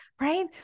Right